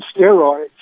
steroids